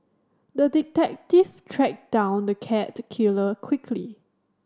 the detective tracked down the cat killer quickly